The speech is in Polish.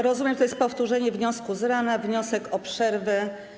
Rozumiem, że to jest powtórzenie wniosku z rana, wniosek o przerwę.